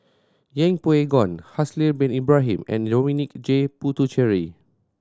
Yeng Pway Ngon Haslir Bin Ibrahim and Dominic J Puthucheary